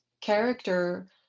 character